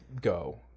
go